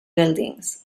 buildings